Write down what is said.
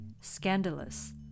scandalous